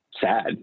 sad